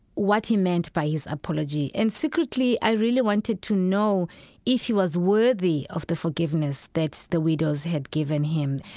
what he meant by his apology. and secretly i really wanted to know if he was worthy of the forgiveness that the widows had given him.